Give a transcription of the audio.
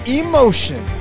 emotion